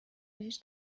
بهش